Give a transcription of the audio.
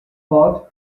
fought